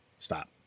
stop